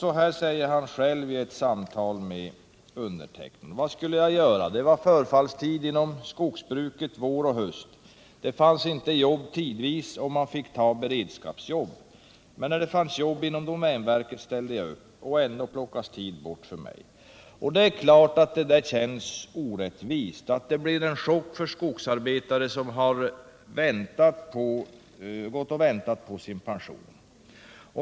Så här sade han själv vid ett samtal med mig: ”Vad skulle jag göra, det var förfallstid inom skogsbruket vår och höst, det fanns inte jobb tidvis och man fick ta beredskapsjobb. Men när det fanns jobb inom domänverket ställde jag upp. Ändå plockas tid bort för mig.” Det är klart att det där känns orättvist och att det blir en chock för skogsarbetare som gått och väntat på sin pension.